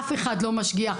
אף אחד לא משגיח,